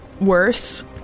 worse